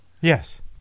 Yes